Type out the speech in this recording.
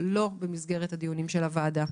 במסגרת הדיונים של הוועדה.